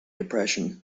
depression